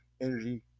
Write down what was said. Energy